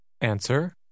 Answer